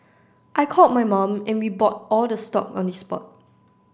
I called my mum and we bought all the stock on the spot